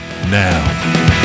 now